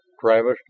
Travis